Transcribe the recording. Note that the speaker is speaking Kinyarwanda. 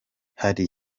hari